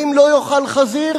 ואם לא יאכל חזיר,